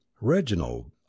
Reginald